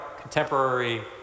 contemporary